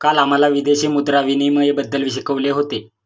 काल आम्हाला विदेशी मुद्रा विनिमयबद्दल शिकवले होते